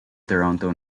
toronto